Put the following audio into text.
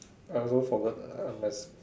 I also forgot I must